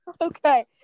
Okay